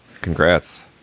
congrats